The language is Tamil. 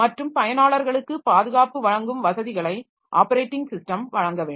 மற்றும் பயனாளர்களுக்கு பாதுகாப்பு வழங்கும் வசதிகளை ஆப்பரேட்டிங் ஸிஸ்டம் வழங்க வேண்டும்